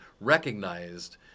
recognized